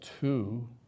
two